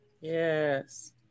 yes